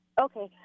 Okay